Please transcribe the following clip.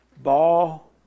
Ball